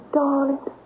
darling